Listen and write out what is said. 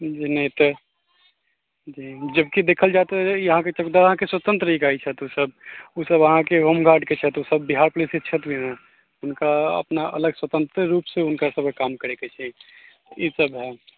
नहि तऽ जे जबकि देखल जाइ तऽ यहाँके चौकीदार अहाँके स्वतन्त्र रहै छथि ओसब ओसब अहाँके होमगार्डके छथि ओसब बिहार पुलिसके छथि भी नहि हुनका अपना अलग स्वतन्त्र रूपसँ हुनका सबके काम करैके छै ई सब हइ